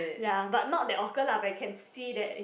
ya but not that awkward lah but you can see there is